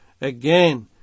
Again